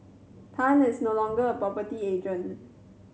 Tan is no longer a property agent